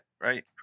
right